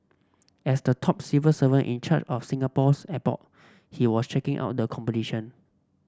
as the top civil servant in charge of Singapore's airport he was checking out the competition